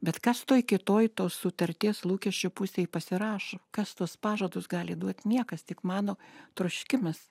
bet kas toj kitoj tos sutarties lūkesčio pusėj pasirašo kas tuos pažadus gali duot niekas tik mano troškimas